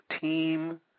team